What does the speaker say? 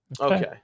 okay